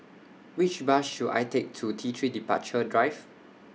Which Bus should I Take to T three Departure Drive